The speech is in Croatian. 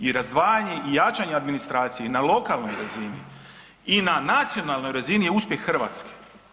I razdvajanje i jačanje administracije i na lokalnoj razini i na nacionalnoj razini je uspjeh Hrvatske.